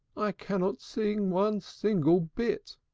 i cannot sing one single bit!